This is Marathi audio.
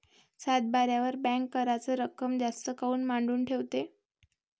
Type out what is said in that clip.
सातबाऱ्यावर बँक कराच रक्कम जास्त काऊन मांडून ठेवते?